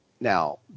Now